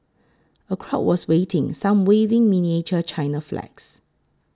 a crowd was waiting some waving miniature China flags